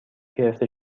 گرفته